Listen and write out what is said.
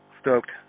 Stoked